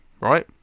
right